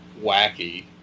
wacky